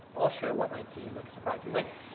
all share what might seem like a surprising link,